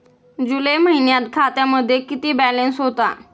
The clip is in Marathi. जुलै महिन्यात खात्यामध्ये किती बॅलन्स होता?